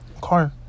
car